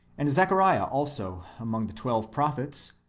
and zechariah also, among the twelve prophets,